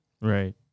Right